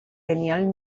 tenían